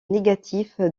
négatif